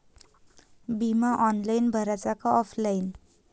बिमा ऑफलाईन भराचा का ऑनलाईन?